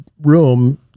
room